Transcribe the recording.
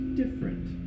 different